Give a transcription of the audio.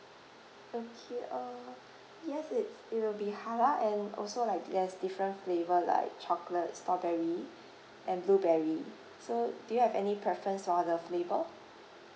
okay uh yes it's it will be halal and also like there's different flavour like chocolate strawberry and blueberry so do you have any preference for the flavour